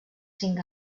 cinc